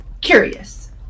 Curious